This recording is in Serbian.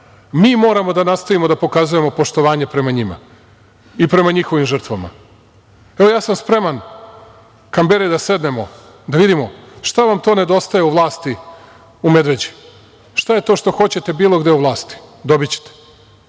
Mi moramo da nastavimo da pokazujemo poštovanje prema njima i prema njihovim žrtvama. Evo, ja sam spreman, Kamberi, da sednemo, da vidimo šta vam to nedostaje u vlasti u Medveđi, šta je to što hoćete bilo gde u vlasti, dobićete,